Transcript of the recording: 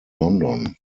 london